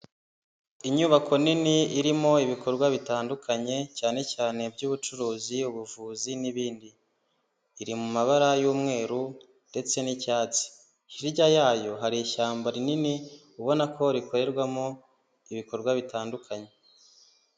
Inyubako nini irimo ibikorwa bitandukanye cyane cyane iby'ubucuruzi, ubuvuzi n'ibindi, iri mu mabara y'umweru ndetse n'icyatsi, hirya yayo hari ishyamba rinini ubona ko rikorerwamo ibikorwa bitandukanye.